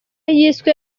yiswe